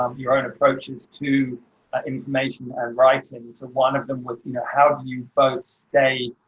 um your own approaches to ah and mentioned and writing. so one of them was, you know, how do you both stay,